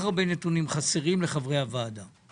דיון בקרה בעוד ארבעה חודשים כדי לדעת מה נעשה עם תוכנית ההבראה.